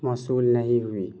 موصول نہیں ہوئی